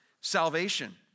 salvation